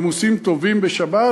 נימוסים טובים בשבת,